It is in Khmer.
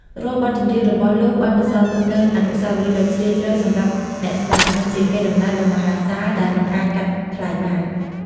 រាល់បទចម្រៀងរបស់លោកបានបន្សល់ទុកនូវអនុស្សាវរីយ៍ដ៏ជ្រាលជ្រៅសម្រាប់អ្នកស្តាប់ និងជាកេរដំណែលដ៏មហាសាលដែលមិនអាចកាត់ថ្លៃបាន។